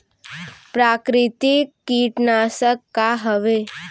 प्राकृतिक कीटनाशक का हवे?